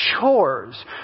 chores